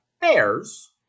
bears